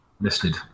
listed